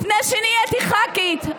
לפני שנהייתי ח"כית,